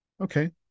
Okay